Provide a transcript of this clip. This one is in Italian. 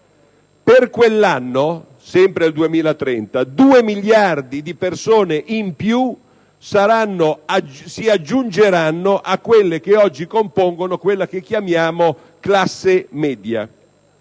Per quell'anno - sempre il 2030 - 2 miliardi di persone in più si aggiungeranno a quelle che oggi compongono quella che chiamiamo classe media.